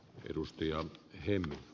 arvoisa puhemies